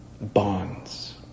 bonds